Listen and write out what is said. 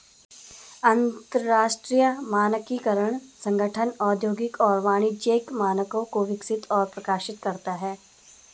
अंतरराष्ट्रीय मानकीकरण संगठन औद्योगिक और वाणिज्यिक मानकों को विकसित और प्रकाशित करता है